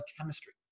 chemistry